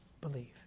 believe